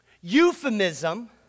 euphemism